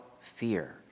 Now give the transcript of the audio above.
fear